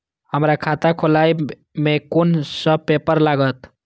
हमरा खाता खोलाबई में कुन सब पेपर लागत?